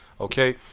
Okay